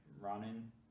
running